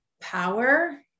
power